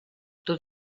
tot